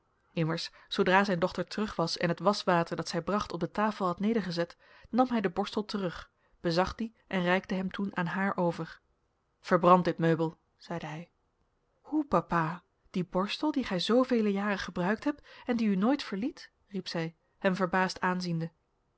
immers zoodra zijn dochter terug was en het waschwater dat zij bracht op de tafel had nedergezet nam hij den borstel terug bezag dien en reikte hem toen aan haar over verbrand dit meubel zeide hij hoe papa dien borstel dien gij zoovele jaren gebruikt hebt en die u nooit verliet riep zij hem verbaasd aanziende